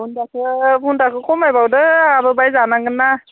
बुन्दाखौ खमायबावदो आंबो बाङाय जानांगोन ना